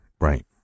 Right